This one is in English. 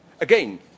again